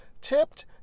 tipped